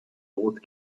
old